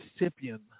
recipient